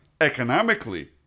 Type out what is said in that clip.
economically